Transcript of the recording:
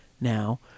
now